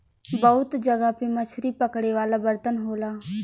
बहुत जगह पे मछरी पकड़े वाला बर्तन होला